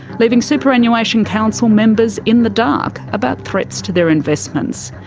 leaving superannuation council members in the dark about threats to their investments.